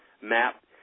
map